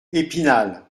épinal